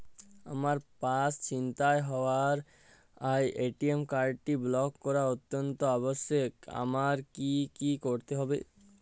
আমার পার্স ছিনতাই হওয়ায় এ.টি.এম কার্ডটি ব্লক করা অত্যন্ত আবশ্যিক আমায় কী কী করতে হবে?